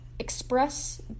express